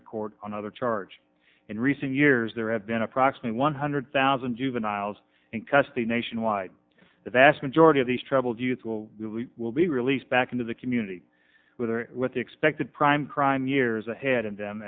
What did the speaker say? to court on other charge in recent years there have been approximately one hundred thousand juveniles in custody nationwide the vast majority of these troubled youth will will be released back into the community with the expected prime crime years ahead of them